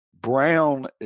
Brown